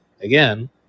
again